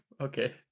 okay